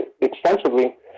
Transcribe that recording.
extensively